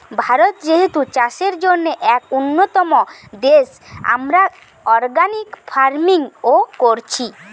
ভারত যেহেতু চাষের জন্যে এক উন্নতম দেশ, আমরা অর্গানিক ফার্মিং ও কোরছি